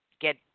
get